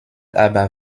aber